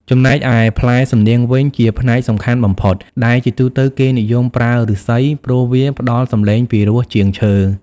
ចំណែកឯផ្លែសំនៀងវិញ ជាផ្នែកសំខាន់បំផុត ដែលជាទូទៅគេនិយមប្រើឫស្សី ព្រោះវាផ្ដល់សំឡេងពីរោះជាងឈើ។